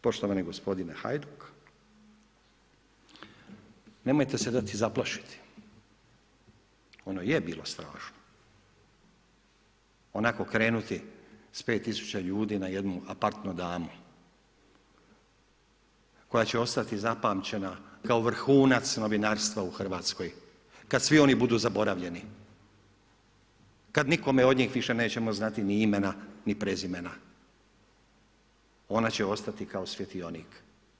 Poštovani gospodine Hajduk, nemojte se dati zaplašiti, ono je bilo strašno, onako krenuti s 5000 ljudi na jednu apartnu damu, koja će ostati zapamćena kao vrhunac novinarstva u Hrvatskoj, kada svi oni budu zaboravljeni kada nikome od njih više nećemo znati ni imena ni prezimena, ona će ostati kao svjetionik.